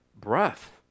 breath